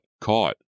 Caught